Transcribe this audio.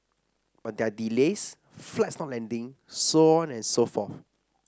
but there are delays flights not landing so on and so forth